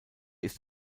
ist